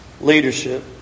Leadership